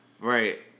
Right